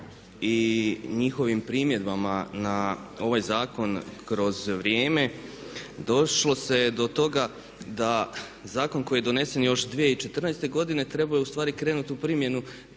i njihovim primjedbama na ovaj zakon kroz vrijeme došlo se do toga da zakon koji je donesen još 2014. godine trebao je ustvari krenuti u primjenu